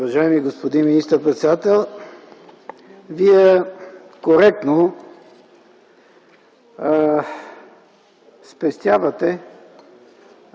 Уважаеми господин министър-председател, Вие коректно спестявате